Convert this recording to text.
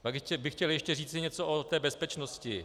Pak bych chtěl ještě říci něco o té bezpečnosti.